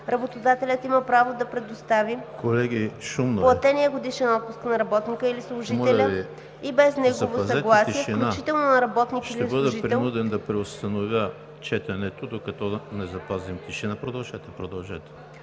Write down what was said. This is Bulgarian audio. работодателят има право да предостави платения годишен отпуск на работника или служителя и без негово съгласие, включително на работник или служител, който